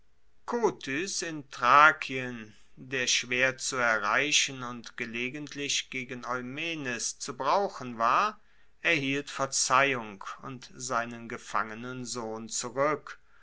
thrakien der schwer zu erreichen und gelegentlich gegen eumenes zu brauchen war erhielt verzeihung und seinen gefangenen sohn zurueck